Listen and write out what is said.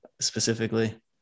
specifically